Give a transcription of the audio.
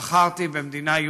בחרתי במדינה יהודית.